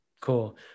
Cool